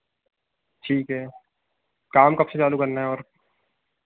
ठीक है काम कब से चालू करना है और